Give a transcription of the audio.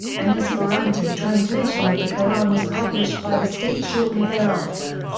an esperanto translation of the qur'an was published by the state shortly thereafter.